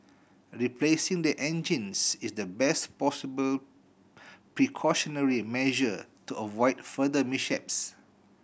replacing the engines is the best possible precautionary measure to avoid further mishaps